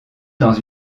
dans